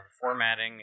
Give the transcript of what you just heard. formatting